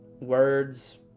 words